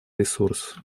ресурс